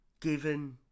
given